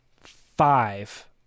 five